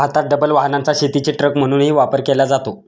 भारतात डबल वाहनाचा शेतीचे ट्रक म्हणूनही वापर केला जातो